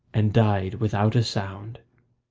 and died without a sound.